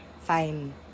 fine